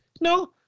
No